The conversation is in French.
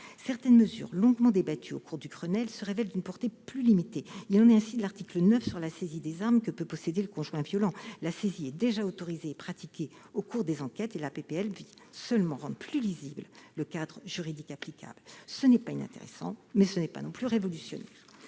Certaines mesures longuement débattues au cours du Grenelle se révèlent d'une portée plus limitée. Il en est ainsi de l'article 9, sur la saisie des armes que peut posséder le conjoint violent : la saisie est déjà autorisée et pratiquée au cours des enquêtes et la proposition de loi vient seulement rendre plus lisible le cadre juridique applicable. Ce n'est pas inintéressant, mais ce n'est pas non plus révolutionnaire.